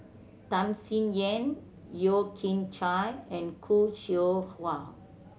Tham Sien Yen Yeo Kian Chai and Khoo Seow Hwa